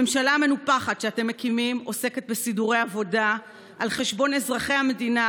הממשלה המנופחת שאתם מקימים עוסקת בסידורי עבודה על חשבון אזרחי המדינה,